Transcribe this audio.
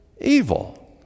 evil